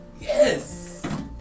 Yes